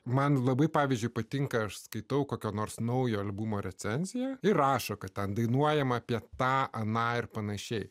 man labai pavyzdžiui patinka aš skaitau kokio nors naujo albumo recenziją ir rašo kad ten dainuojama apie tą aną ir pan